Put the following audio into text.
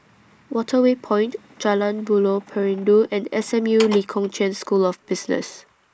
Waterway Point Jalan Buloh Perindu and S M U Lee Kong Chian School of Business